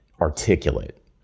articulate